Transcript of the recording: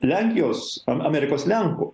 lenkijos amerikos lenkų